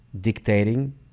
dictating